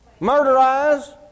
Murderized